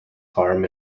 farm